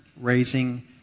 raising